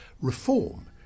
reform